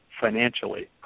financially